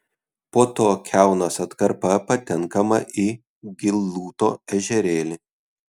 po to kiaunos atkarpa patenkama į gilūto ežerėlį